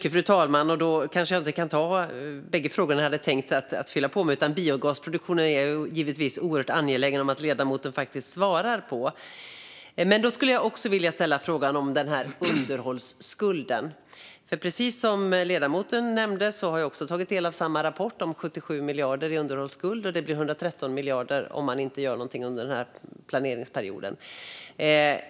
Fru talman! Då kan jag kanske inte fylla på med de bägge frågor jag hade tänkt, för frågan om biogasproduktionen är jag oerhört angelägen om att ledamoten svarar på. Men jag skulle också vilja ställa en fråga om underhållsskulden. Jag har tagit del av samma rapport som ledamoten om 77 miljarder i underhållsskuld och att det blir 113 miljarder om man inte gör någonting under den här planeringsperioden.